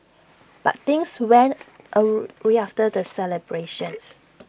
but things went awry after the celebrations